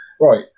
Right